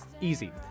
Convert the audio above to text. Easy